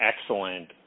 excellent